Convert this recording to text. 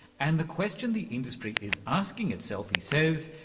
and the question the industry is asking itself, he says,